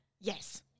Yes